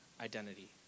identity